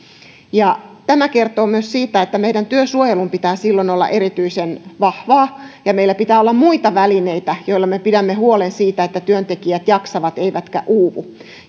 tämä kertoo myös siitä että meidän työsuojelun pitää silloin olla erityisen vahvaa ja meillä pitää olla muita välineitä joilla me pidämme huolen siitä että työntekijät jaksavat eivätkä uuvu